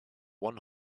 one